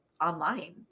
online